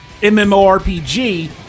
MMORPG